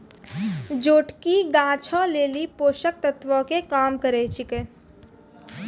जोटकी गाछो लेली पोषक तत्वो के काम करै छै